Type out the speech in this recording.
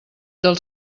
del